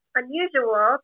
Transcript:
unusual